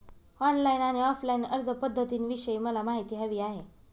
online आणि offline अर्जपध्दतींविषयी मला माहिती हवी आहे